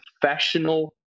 professional